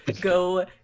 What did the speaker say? go